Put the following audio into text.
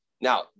Now